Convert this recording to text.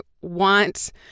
want